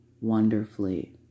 wonderfully